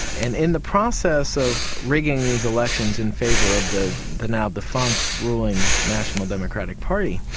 and in the process of rigging these elections in favour of the the now-defunct ruling national democratic party,